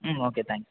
ம் okay thanks